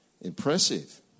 impressive